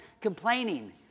complaining